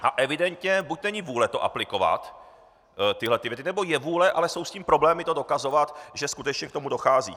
A evidentně buď není vůle aplikovat tyhle věty, nebo je vůle, ale jsou problémy s tím to dokazovat, že skutečně k tomu dochází.